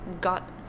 got